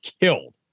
killed